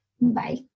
Bye